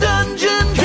Dungeon